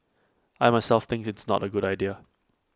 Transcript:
I myself think it's not A good idea